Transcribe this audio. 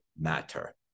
matter